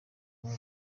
muri